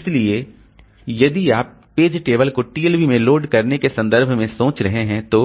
इसलिए यदि आप पेज टेबल को TLB में लोड करने के संदर्भ में सोच रहे हैं तो